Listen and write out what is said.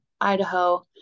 Idaho